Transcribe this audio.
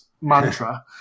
mantra